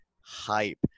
hype